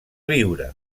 viure